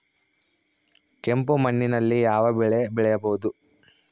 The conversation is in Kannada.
ಕೆಂಪು ಮಣ್ಣಿನಲ್ಲಿ ಯಾವ ಬೆಳೆ ಬೆಳೆಯಬಹುದು?